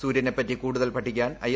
സൂര്യനെ പറ്റി കൂടുതൽ പഠിക്കാൻ ഐ